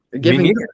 giving